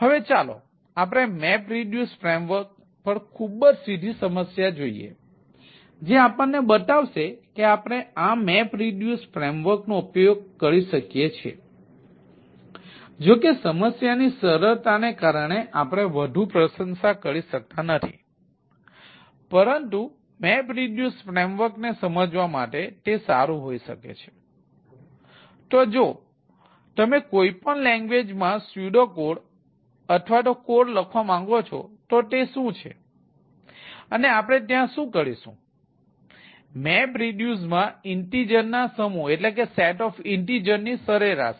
હવે ચાલો આપણે મેપરિડ્યુસ ફ્રેમવર્ક કરવામાં આવી રહ્યો છે તે કીબોર્ડ અથવા કંઈકમાંથી સીધો ઇનપુટ કરી શકાય છે